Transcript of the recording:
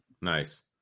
nice